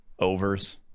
Overs